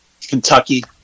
Kentucky